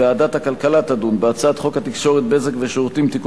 ועדת הכלכלה תדון בהצעת חוק התקשורת (בזק ושידורים) (תיקון